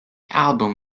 album